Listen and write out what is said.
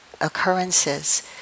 occurrences